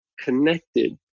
connected